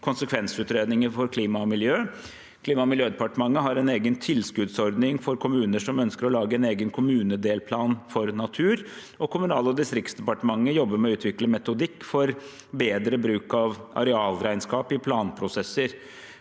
konsekvensutredninger for klima og miljø, Klima- og miljødepartementet har en egen tilskuddsordning for kommuner som ønsker å lage en egen kommunedelplan for natur, og Kommunal- og distriktsdepartementet jobber med å utvikle metodikk for bedre bruk av arealregnskap i planprosesser.